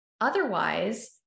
otherwise